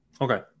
Okay